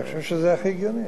אני חושב שזה הכי הגיוני.